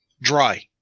dry